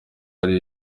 ari